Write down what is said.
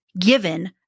given